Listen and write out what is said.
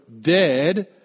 dead